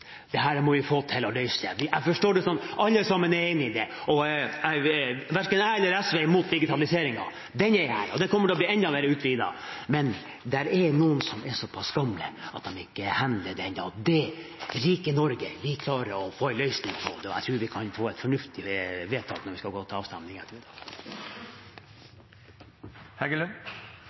må vi få til å løse. Jeg forstår det sånn at alle sammen er enig i det. Verken jeg eller SV er imot digitaliseringen. Den er her, og den kommer til å bli enda mer utvidet, men det er noen som er såpass gamle at de ikke hanskes med det. Og det rike Norge klarer å få en løsning på det, og jeg tror vi kan få et fornuftig vedtak når vi skal gå til avstemning